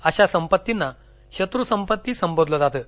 अशा संपत्तींना शत्रू संपत्ती संबोधलं जातं